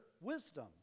wisdom